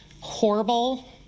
horrible